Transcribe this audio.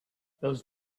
those